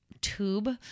tube